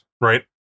right